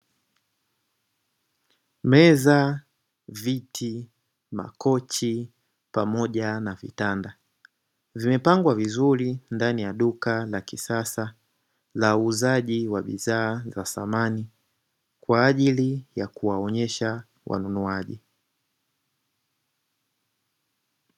Meza, viti, makochi pamoja na vitanda, vimepangwa vizuri ndani ya duka la kisasa la uuzaji wa bidhaa za samani kwa ajili ya kuwaonyesha wanunuaji.